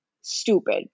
stupid